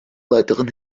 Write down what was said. weiteren